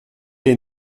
est